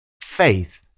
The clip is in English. Faith